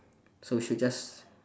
so we should just